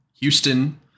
Houston